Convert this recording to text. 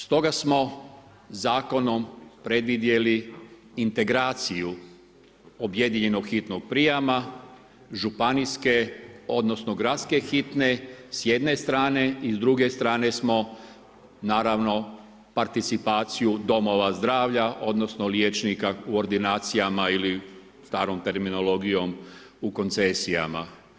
Stoga smo zakonom predvidjeli integraciju objedinjenog hitnog prijama, županijske, odnosno gradske hitne s jedne strane i s druge strane smo naravno participaciju domova zdravlja, odnosno liječnika u ordinacijama ili starom terminologijom u koncesijama.